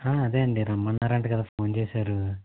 అదే అండి రమ్మన్నారంట కదా ఫోన్ చేసారు